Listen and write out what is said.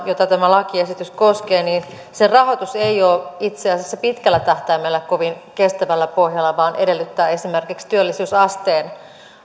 jota tämä lakiesitys koskee rahoitus ei ole pitkällä tähtäimellä kovin kestävällä pohjalla vaan edellyttää esimerkiksi työllisyysasteen